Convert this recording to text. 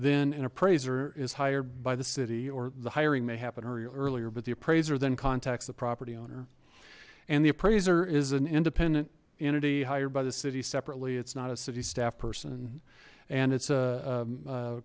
then an appraiser is hired by the city or the hiring may happen earlier earlier but the appraiser then contacts the property owner and the appraiser is an independent entity hired by the city separately it's not a city staff person and it's